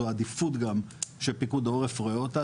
זו עדיפות גם שפיקוד העורף רואה אותה,